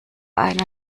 einen